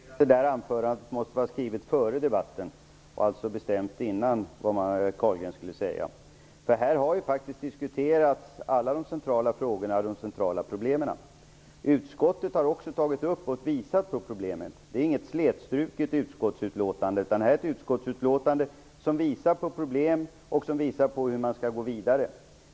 Herr talman! Jag konstaterar att Andreas Carlgrens anförande måste vara skrivet före debatten och att han alltså redan före debatten hade bestämt vad han skulle säga. Vi har ju faktiskt i debatten diskuterat alla de centrala frågorna och problemen. Utskottet har också tagit upp och visat på problemen. Det är inget slätstruket utskottsutlåtande, utan det är ett utskottsutlåtande som visar på problem och som visar på hur man skall gå vidare.